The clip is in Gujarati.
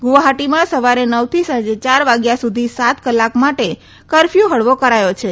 ગુવાહાટીમાં સવારે નવ થી સાંજે ચાર વાગ્યા સુધી સાત કલાક માટે કરફથુ હળવો કરાયો છે